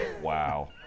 wow